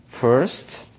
First